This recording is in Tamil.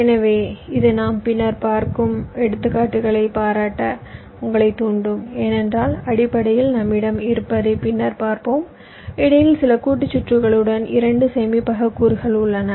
எனவே இது நாம் பின்னர் பார்க்கும் எடுத்துக்காட்டுகளைப் பாராட்ட உங்களைத் தூண்டும் ஏனென்றால் அடிப்படையில் நம்மிடம் இருப்பதைப் பின்னர் பார்ப்போம் இடையில் சில கூட்டு சுற்றுகளுடன் இரண்டு சேமிப்பக கூறுகள் உள்ளன